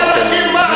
תגיד לאנשים מה היה